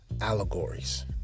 allegories